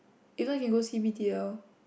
you know you go see B_T_L